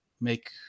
make